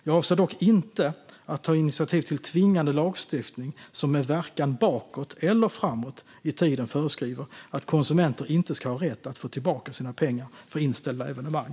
Jag avser dock inte att ta initiativ till tvingande lagstiftning som med verkan bakåt - eller framåt - i tiden föreskriver att konsumenter inte ska ha rätt att få tillbaka sina pengar för inställda evenemang.